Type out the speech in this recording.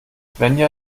svenja